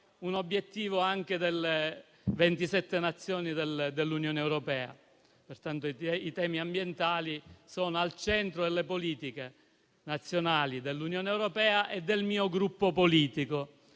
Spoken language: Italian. un obiettivo delle 27 Nazioni dell'Unione europea. I temi ambientali sono al centro delle politiche nazionali, dell'Unione europea e del mio Gruppo politico,